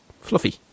fluffy